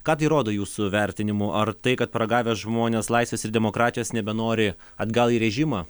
ką tai rodo jūsų vertinimu ar tai kad paragavę žmonės laisvės ir demokratijos nebenori atgal į rėžimą